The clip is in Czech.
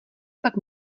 pak